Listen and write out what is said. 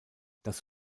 das